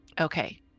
Okay